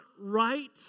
right